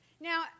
Now